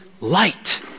light